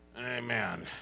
Amen